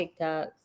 TikToks